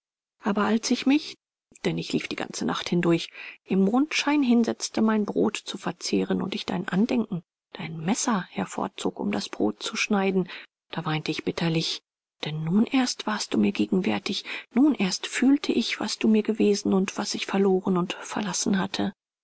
aber als ich mich denn ich lief die ganze nacht hindurch im mondschein hinsetzte mein brot zu verzehren und ich dein andenken dein messer hervorzog um das brot zu schneiden da weinte ich bitterlich denn nun erst warst du mir gegenwärtig nun erst fühlte ich was du mir gewesen und was ich verloren und verlassen hatte